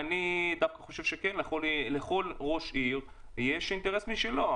אני דווקא חושב שלכל ראש עיר יש אינטרס משלו.